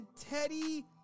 Teddy